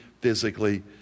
physically